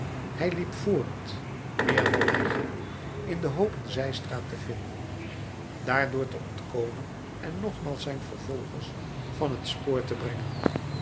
hij liep voort meer dan hij ging in de hoop een zijstraat te vinden daar door te ontkomen en nogmaals zijn vervolgers van het spoor te brengen